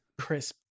crisp